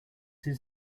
his